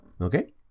okay